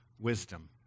wisdom